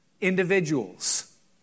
individuals